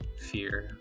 fear